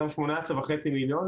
אותם 18,500,000,